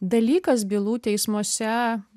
dalykas bylų teismuose